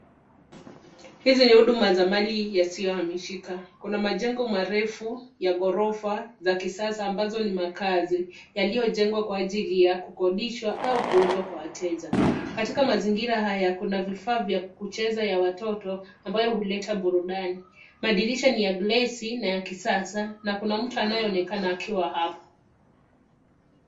Hizi ni huduma za mali yasiyohamishika. Kuna majengo marefu ya ghorofa za kisasa ambayo ni makazi yaliyojengwa kwa ajili ya kukodishwa au kuuzwa kwa wateja. Katika mazingira haya kuna vifaa vya kucheza ya watoto ambayo huleta burudani. Madirisha ni ya glesi na ya kisasa na kuna mtu anayeonekana akiwa hapo.